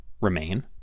remain